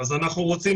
אנחנו רוצים